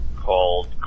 called